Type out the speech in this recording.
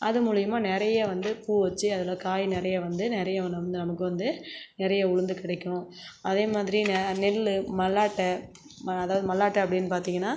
அது மூலிமா நிறைய வந்து பூ வச்சு அதில் காய் நிறைய வந்து நிறைய நம் நமக்கு வந்து நிறைய உளுந்து கிடைக்கும் அதே மாதிரி நா நெல் மல்லாட்டை அதாவது மல்லாட்டை அப்படின் பார்த்தீங்கன்னா